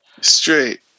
straight